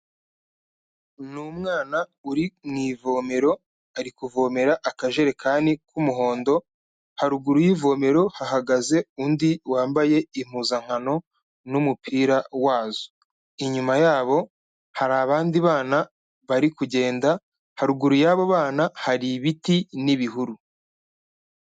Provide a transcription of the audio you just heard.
Ni umwana uri mu ivomero ari kuvomera akajerekani k'umuhondo haruguru y'ivomero hahagaze undi wambaye impuzankano n'umupira wazo inyuma yabo hari abandi bana bari kugenda haruguru y'abo bana hari ibiti n'ibihuru.